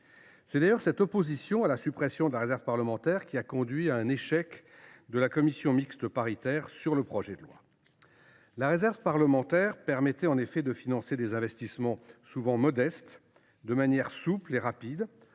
les associations. Cette opposition à la suppression de la réserve parlementaire a d’ailleurs conduit à un échec de la commission mixte paritaire sur ce texte. La réserve parlementaire permettait en effet de financer des investissements souvent modestes, de manière souple et rapide